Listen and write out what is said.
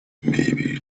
maybe